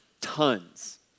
tons